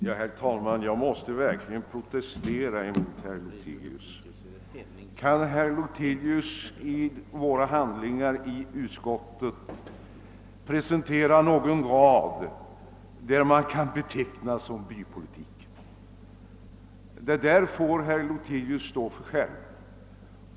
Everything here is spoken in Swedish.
Herr talman! Jag måste verkligen protestera mot herr Lothigius uttalande. Kan herr Lothigius presentera någon rad i utskottsutlåtandet som kan betecknas som bypolitik? Det omdömet får herr Lothigius stå för själv.